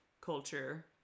culture